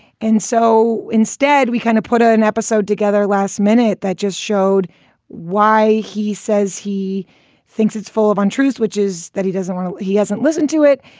and so instead, we kind of put an episode together last minute that just showed why he says he thinks it's full of untruths, which is that he doesn't want to he hasn't listened to it.